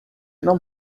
não